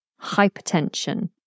Hypertension